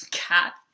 cat